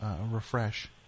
refresh